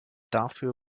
dafür